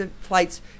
flights